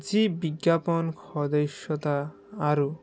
যি বিজ্ঞাপন সদস্যতা আৰু